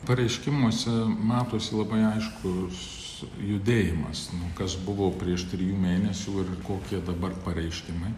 pareiškimuose matosi labai aiškus judėjimas nu kas buvo prieš trijų mėnesių ir kokie dabar pareiškimai